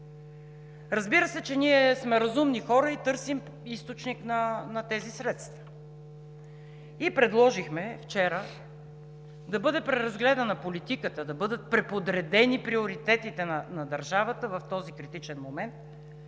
Разбира се, че ние сме разумни хора и търсим източник на тези средства. Вчера предложихме да бъде преразгледана политиката, да бъдат преподредени приоритетите на държавата в този критичен момент